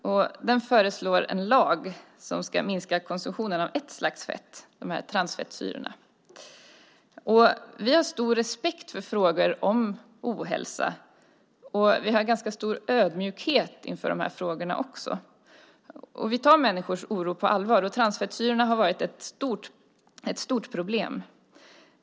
Motionären föreslår en lag som ska minska konsumtionen av ett slags fett, nämligen transfettsyror. Vi har stor respekt och ödmjukhet inför frågor om ohälsa, och vi tar människors oro på allvar. Transfetter har också varit ett stort problem.